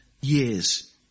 years